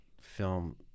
film